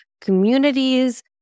communities